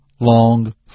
long